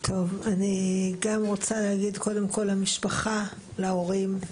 טוב, אני רוצה להגיד גם קודם כל למשפחה, להורים,